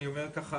אני אומר ככה,